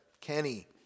Kenny